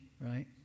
right